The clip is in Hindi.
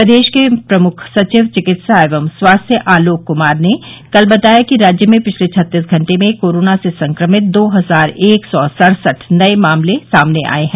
प्रदेश के प्रमुख सचिव चिकित्सा एवं स्वास्थ्य आलोक क्मार ने कल बताया कि राज्य में पिछले छत्तीस घंटे में कोरोना से संक्रमित दो हजार एक सौ सड़सठ नये मामले सामने आये हैं